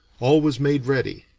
all was made ready,